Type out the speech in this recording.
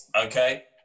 okay